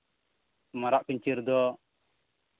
ᱢᱟᱨᱟᱜ ᱯᱤᱧᱪᱟᱹᱨ ᱫᱚ